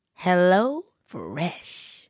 HelloFresh